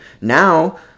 Now